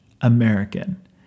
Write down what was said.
American